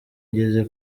ngeze